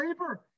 labor